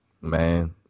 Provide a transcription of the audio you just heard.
man